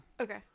Okay